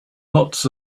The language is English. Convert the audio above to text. lots